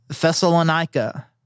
Thessalonica